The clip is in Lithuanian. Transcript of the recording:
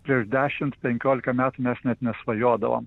prieš dešimt penkiolika metų mes net nesvajodavome